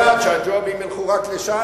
כי לא יעלה על הדעת שהג'ובים ילכו רק לש"ס.